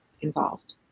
involved